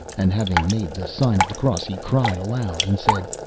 and having made the sign of the cross, he cried aloud and said,